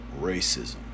Racism